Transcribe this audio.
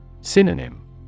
Synonym